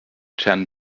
ten